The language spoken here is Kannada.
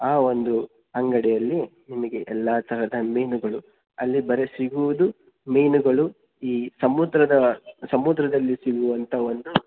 ಆ ಒಂದು ಅಂಗಡಿಯಲ್ಲಿ ನಿಮಗೆ ಎಲ್ಲ ತರಹದ ಮೀನುಗಳು ಅಲ್ಲಿ ಬರೀ ಸಿಗುವುದು ಮೀನುಗಳು ಈ ಸಮುದ್ರದ ಸಮುದ್ರದಲ್ಲಿ ಸಿಗುವಂಥ ಒಂದು